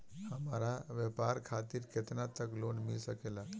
हमरा व्यापार खातिर केतना तक लोन मिल सकेला?